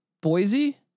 Boise